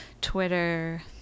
Twitter